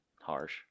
Harsh